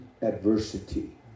adversity